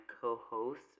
co-host